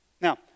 Now